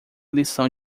lição